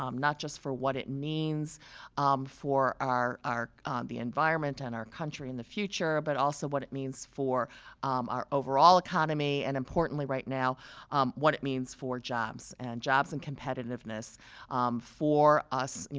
um not just for what it means um for our our the environment and our country in the future, but also what it means for our over all economy and importantly right now what it means for jobs and jobs and competitiveness for us, you